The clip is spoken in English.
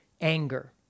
Anger